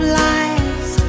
lies